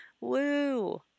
Woo